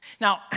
Now